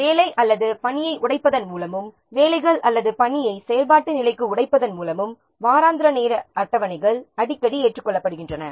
வேலை அல்லது பணியை உடைப்பதன் மூலமும் வேலைகள் அல்லது பணியை செயல்பாட்டு நிலைக்கு உடைப்பதன் மூலமும் வாராந்திர நேர அட்டவணைகள் அடிக்கடி ஏற்றுக்கொள்ளப்படுகின்றன